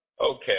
okay